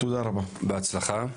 בהצלחה.